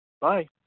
Bye